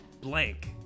blank